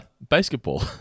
basketball